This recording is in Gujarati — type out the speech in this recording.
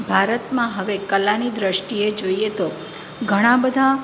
ભારતમાં હવે કલાની દૃષ્ટિએ જોઈએ તો ઘણા બધા